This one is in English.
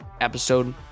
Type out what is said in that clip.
episode